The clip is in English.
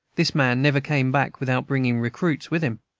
this man never came back without bringing recruits with him.